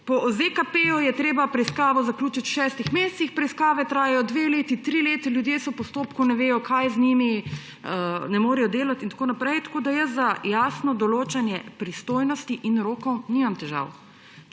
Po ZKP je treba preiskavo zaključiti v šestih mesecih. Preiskave trajajo dve leti, tri leta. Ljudje so v postopku, ne vedo, kaj je z njimi, ne morejo delati in tako naprej. Tako da jaz za jasno določanje pristojnosti in rokov nimam težav.